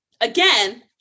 again